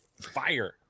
fire